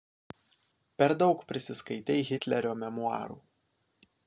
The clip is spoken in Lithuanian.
per daug prisiskaitei hitlerio memuarų